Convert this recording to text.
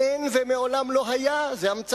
אולי המפעל